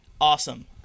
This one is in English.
Awesome